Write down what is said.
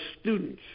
students